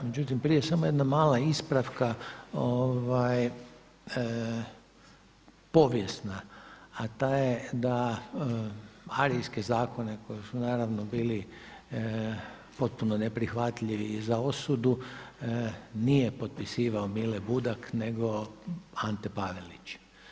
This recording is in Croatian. Međutim, prije samo jedna mala ispravka, povijesna, a ta je da arijevske zakone koji su naravno bili potpuno neprihvatljivi i za osudu nije potpisivao Mile Budak nego Ante Pavelić.